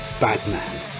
Batman